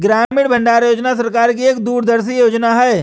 ग्रामीण भंडारण योजना सरकार की एक दूरदर्शी योजना है